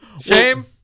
Shame